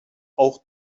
auch